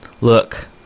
look